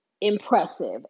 impressive